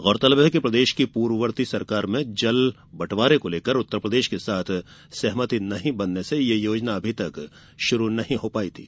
गौरतलब है कि प्रदेश की पूर्ववर्ती सरकार में जल बंटवारे को लेकर उत्तरप्रदेश के साथ सहमति नहीं बनने से यह योजना अभी तक शुरू नहीं हो पाई थी